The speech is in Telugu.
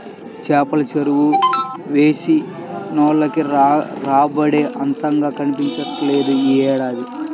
చేపల చెరువులు వేసినోళ్లకి రాబడేమీ అంతగా కనిపించట్లేదు యీ ఏడాది